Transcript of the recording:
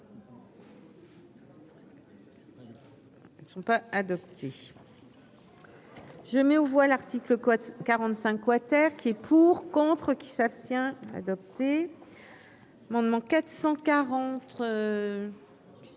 Je mets aux voix l'article quoi 45 quater, qui est pour, contre qui s'abstient adopté Mandement 444